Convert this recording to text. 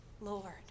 Lord